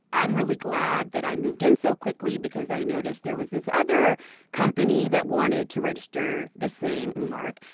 i'm really glad that i moved in so quickly because i noticed there was this other company that wanted to register the same mark.